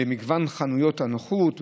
במגוון חנויות הנוחות,